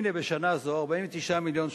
הנה, בשנה זו, 49 מיליון שקלים,